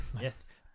Yes